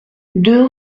deux